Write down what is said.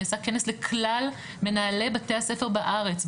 נעשה כנס לכלל מנהלי בתי הספר בארץ,